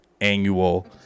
annual